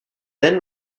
then